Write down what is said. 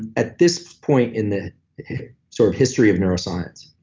at this point in the sort of history of neuroscience,